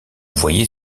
voyait